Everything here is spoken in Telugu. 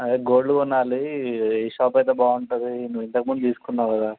అదే గోల్డ్ కొనాలి ఏ షాప్ అయితే బాగుంటుంది నువ్వు ఇంతకుముందు తీసుకున్నావు కదా